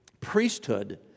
priesthood